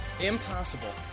impossible